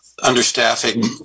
understaffing